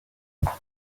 barn